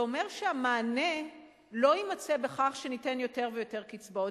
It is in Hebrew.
זה אומר שהמענה לא יימצא בכך שניתן יותר ויותר קצבאות.